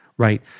right